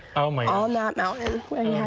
how might on that mountain when yeah